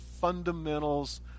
fundamentals